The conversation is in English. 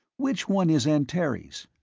which one is antares?